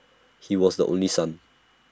he was the only son